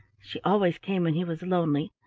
she always came when he was lonely,